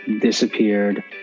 disappeared